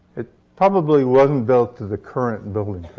it probably wasn't built to the current building